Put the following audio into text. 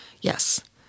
Yes